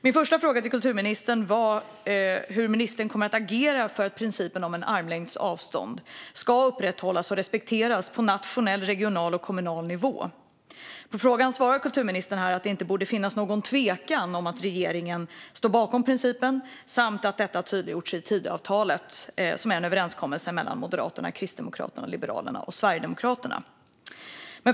Min första fråga till kulturministern var hur ministern kommer att agera för att principen om armlängds avstånd ska upprätthållas och respekteras på nationell, regional och kommunal nivå. På frågan svarar kulturministern här att det inte borde finnas något tvivel om att regeringen står bakom om principen samt att detta tydliggjorts i Tidöavtalet, som är en överenskommelse mellan Moderaterna, Kristdemokraterna, Liberalerna och Sverigedemokraterna.